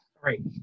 Great